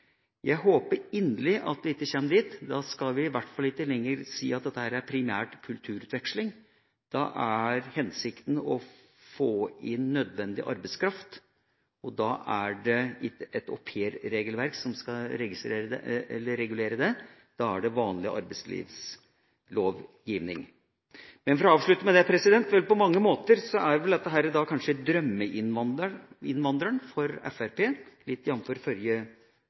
Jeg håper inderlig at vi ikke kommer dit. Da kan vi i hvert fall ikke lenger si at dette primært er kulturutveksling, for da er hensikten å få inn nødvendig arbeidskraft. Da er det ikke et aupairregelverk som skal regulere dette, men vanlig arbeidslivslovgivning. For å avslutte: Dette er vel – litt jf. forrige debatt – på mange måter drømmeinnvandreren for Fremskrittspartiet: Han eller hun er midlertidig, skal ut igjen og er underbetalt. Formålet med aupairordningen er å gi mulighet for